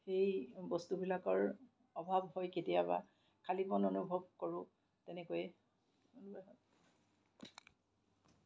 এই বস্তুবিলাকৰ অভাৱ হয় কেতিয়াবা খালীপণ অনুভৱ কৰোঁ তেনেকৈয়ে